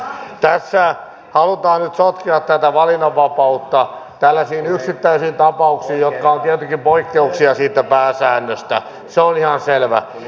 tässä halutaan nyt sotkea tätä valinnanvapautta tällaisiin yksittäisiin tapauksiin jotka ovat tietenkin poikkeuksia siitä pääsäännöstä se on ihan selvä